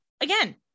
again